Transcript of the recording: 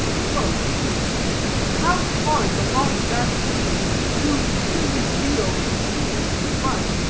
spoke how hard the lot of that pleader who, in his zeal conceding too much,